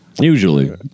Usually